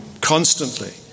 constantly